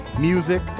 music